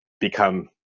become